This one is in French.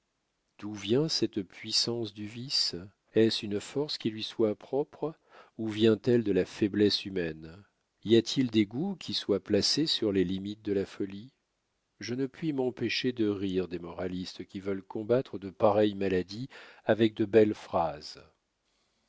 d'où vient cette puissance du vice est-ce une force qui lui soit propre ou vient-elle de la faiblesse humaine y a-t-il des goûts qui soient placés sur les limites de la folie je ne puis m'empêcher de rire des moralistes qui veulent combattre de pareilles maladies avec de belles phrases